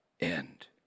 end